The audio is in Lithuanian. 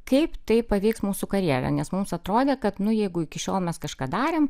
kaip tai paveiks mūsų karjerą nes mums atrodė kad nu jeigu iki šiol mes kažką darėm